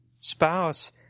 spouse